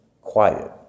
quiet